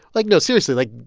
like, no, seriously, like,